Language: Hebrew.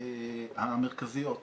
המרכזיות